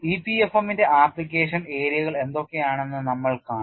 EPFM ഇന്റെ application ഏരിയകൾ എന്തൊക്കെയാണെന്ന് നമ്മൾ കാണും